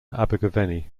abergavenny